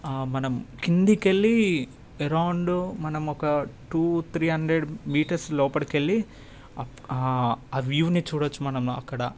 ఆ మనం కిందికకి వెళ్ళి అరౌండ్ మనం ఒక టూ త్రీ హండ్రెడ్ మీటర్స్ లోపలికెళ్ళి ఆ వ్యూని చూడొచ్చు మనం అక్కడ